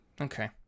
okay